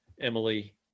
Emily